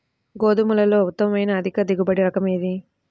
గోధుమలలో ఉత్తమమైన అధిక దిగుబడి రకం ఏది?